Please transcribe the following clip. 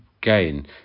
gain